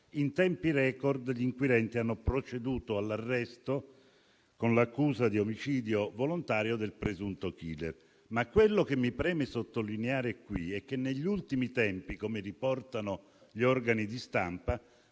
In tempi *record* gli inquirenti hanno proceduto all'arresto con l'accusa di omicidio volontario del presunto *killer*. Ma quello che mi preme sottolineare qui è che negli ultimi tempi - come riportano gli organi di stampa